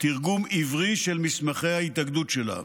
תרגום עברי של מסמכי ההתאגדות שלה,